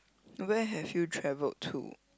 no where have you traveled to